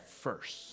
first